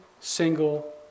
single